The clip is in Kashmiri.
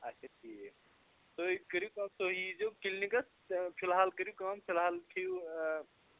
اچھا ٹھیٖک تُہۍ کٔرِو کٲم تُہۍ ییٖزیو کِلنِکَس فِلحال کٔرِو کٲم فِلحال کھیٚیِو